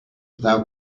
thou